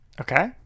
Okay